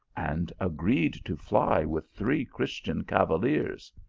and agreed to fly with three christian cavaliers.